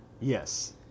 Yes